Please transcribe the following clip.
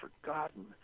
forgotten